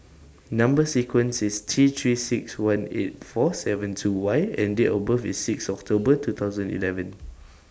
Number sequence IS T three six one eight four seven two Y and Date of birth IS six October two thousand eleven